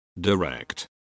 direct